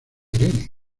irene